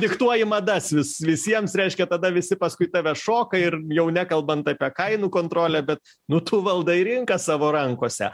diktuoji madas vis visiems reiškia tada visi paskui tave šoka ir jau nekalbant apie kainų kontrolę bet nu tu valdai rinką savo rankose